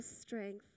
strength